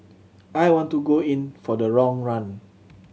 I want to go in for the long run